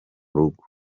rugo